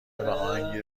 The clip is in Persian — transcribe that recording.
اهنگی